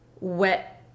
wet